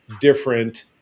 different